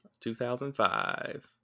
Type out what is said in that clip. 2005